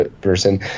person